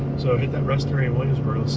so hit that restaurant in williamsburg.